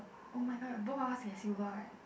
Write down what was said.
oh-my-god both of us get silver eh